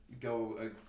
go